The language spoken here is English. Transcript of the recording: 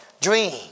dream